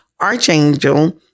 archangel